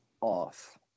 off